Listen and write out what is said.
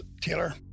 Taylor